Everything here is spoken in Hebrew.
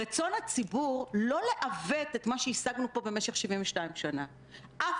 חס וחלילה, אל תבזבזו אף ג'וב, אף